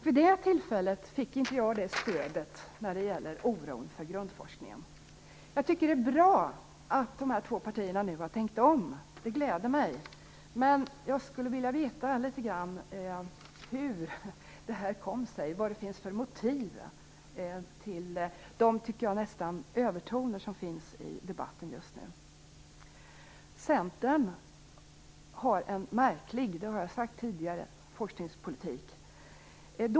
Vid det tillfället fick jag inget stöd när det gällde oron för grundforskningen. Det är bra att de två partierna nu har tänkt om. Det gläder mig. Men jag skulle vilja veta hur detta har kommit sig och vad det finns för motiv till de nästan övertoner som används i debatten just nu. Centern för, som jag tidigare har sagt, en märklig forskningspolitik.